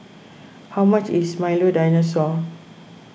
how much is Milo Dinosaur